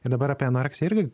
dabar apie anoreksiją irgi